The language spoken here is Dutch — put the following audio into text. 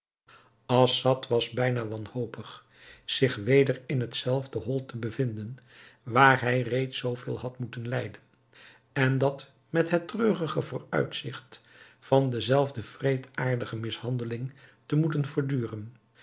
assad was bijna wanhopig zich weder in het zelfde hol te bevinden waar hij reeds zoo veel had moeten lijden en dat met het treurige vooruitzicht van de zelfde wreedaardige mishandeling te moeten verduren